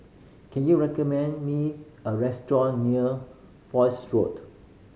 can you recommend me a restaurant near Foch Road